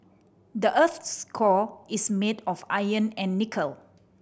the earth's core is made of iron and nickel